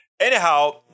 Anyhow